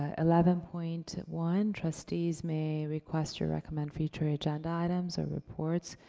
ah eleven point one, trustees may request or recommend future agenda items or reports,